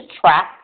track